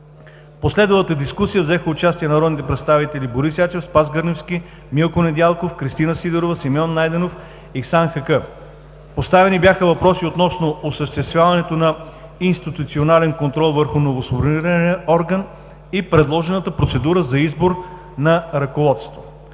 последвалата дискусия взеха участие народните представители Борис Ячев, Спас Гърневски, Милко Недялков, Кристина Сидорова, Симеон Найденов и Ихсан Хаккъ. Поставени бяха въпроси относно осъществяването на институционален контрол върху новосформирания орган и предложената процедура за избор на ръководство.